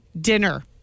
dinner